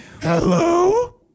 Hello